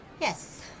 Yes